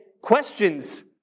questions